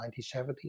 1970